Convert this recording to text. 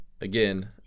again